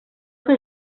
que